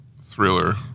thriller